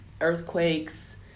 earthquakes